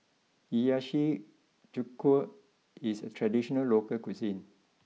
Hiyashi Chuka is a traditional local cuisine